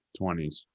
20s